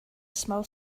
small